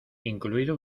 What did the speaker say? incluido